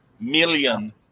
Million